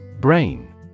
Brain